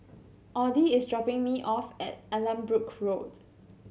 Audy is dropping me off at Allanbrooke Road